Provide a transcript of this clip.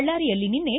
ಬಳ್ಳಾರಿಯಲ್ಲಿ ನಿನ್ನೆ